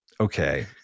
Okay